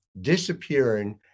disappearing